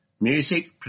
Music